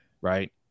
right